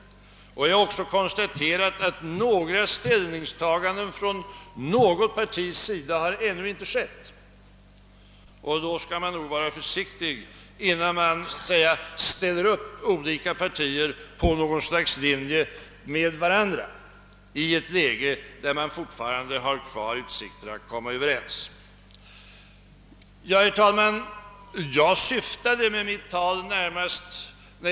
Jag har också konstaterat att några ställningstaganden från något partis sida ännu inte har gjorts när det gäller ett nytt långsiktigt försvarsbeslut. Då skall man nog vara försiktig innan man söker ordnar upp olika partier på skilda linjer i ett läge där det fortfarande borde finnas utsikter till att alla demokratiska partier skall kunna komma överens. Herr talman!